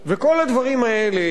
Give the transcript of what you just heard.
כל הדברים האלה,